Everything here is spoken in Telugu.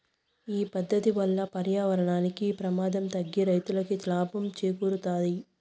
ఈ పద్దతి వల్ల పర్యావరణానికి ప్రమాదం తగ్గి రైతులకి లాభం చేకూరుతాది